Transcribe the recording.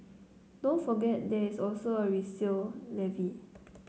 don't forget there is also a resale levy